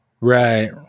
Right